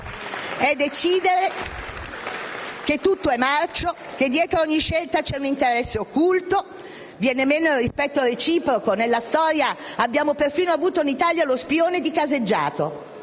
è decidere che tutto è marcio e che dietro ogni scelta c'è un interesse occulto; così viene meno il rispetto reciproco. Nella storia abbiamo perfino avuto in Italia lo spione di caseggiato,